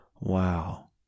Wow